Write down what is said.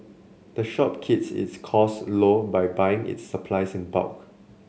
the shop keeps its costs low by buying its supplies in bulk